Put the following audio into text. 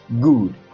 Good